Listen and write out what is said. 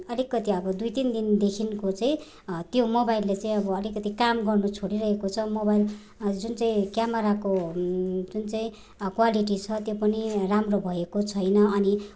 अलिकति अब दुइ तिन दिनदेखिको चाहिँ त्यो मोबाइलले चाहिँ अब अलिकति काम गर्नु छोडिरहेको छ मोबाइल जुन चाहिँ क्यामेराको जुन चाहिँ क्वालिटी छ त्यो पनि राम्रो भएको छैन अनि